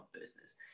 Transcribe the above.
business